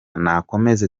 nakomeze